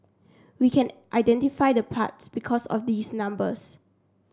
we can identify the parts because of these numbers